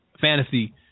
fantasy